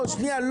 לא.